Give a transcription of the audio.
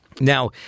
Now